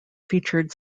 featured